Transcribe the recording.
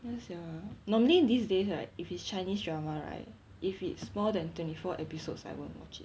ya sia normally these days right if is chinese drama right if it's more than twenty four episodes I won't watch it